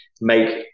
make